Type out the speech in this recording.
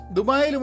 Dubai